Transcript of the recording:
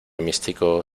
místico